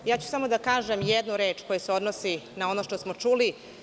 Samo ću da kažem jednu reč koja se odnosi na ono što smo čuli.